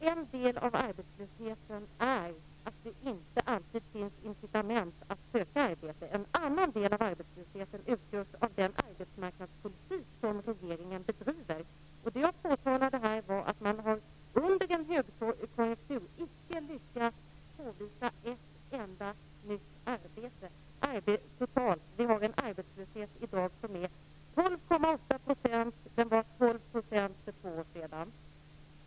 Fru talman! Jag tror att vi rätt övertygande här har kunnat konstatera att sambandet mellan arbetslöshet och ersättningsnivåer inte är det som Margareta E Nordenvall beskriver. Arbetslösheten är ett resultat av för svag efterfrågan.